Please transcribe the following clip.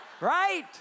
Right